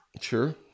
Sure